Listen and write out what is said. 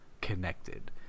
connected